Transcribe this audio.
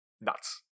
Nuts